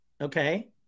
Okay